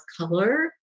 color